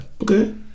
Okay